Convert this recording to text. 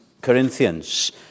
Corinthians